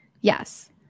Yes